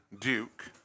Duke